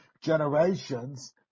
generations